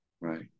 Right